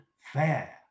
fair